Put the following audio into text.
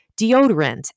deodorant